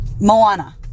Moana